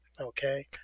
okay